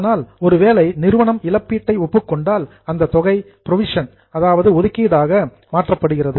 அதனால் ஒருவேளை நிறுவனம் இழப்பீட்டை ஒப்புக் கொண்டால் அந்த தொகை புரோவிஷன் ஏற்பாடு அல்லது ஒதுக்கீடாக கன்வெர்ட்டட் மாற்றப்படுகிறது